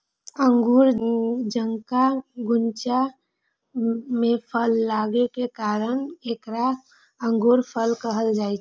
अंगूर जकां गुच्छा मे फल लागै के कारण एकरा अंगूरफल कहल जाइ छै